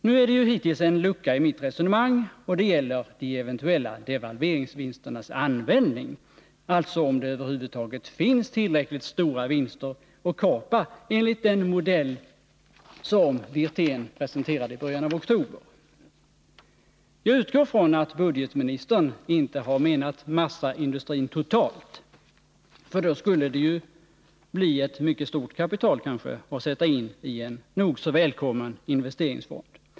Det finns hittills en lucka i mitt resonemang, och det gäller de eventuella devalveringsvinsternas användning, alltså om det över huvud taget finns tillräckligt stora vinster att kapa enligt den modell som Rolf Wirtén presenterade i början av oktober. Jag utgår från att budgetministern inte har menat massaindustrin totalt, för då skulle det bli ett mycket stort kapital att sätta in i en nog så välkommen investeringsfond.